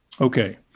okay